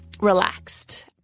relaxed